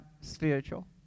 spiritual